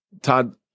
Todd